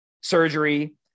surgery